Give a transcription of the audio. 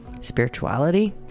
spirituality